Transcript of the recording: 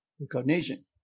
recognition